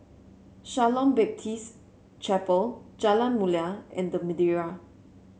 Shalom Baptist Chapel Jalan Mulia and The Madeira